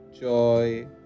joy